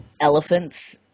elephants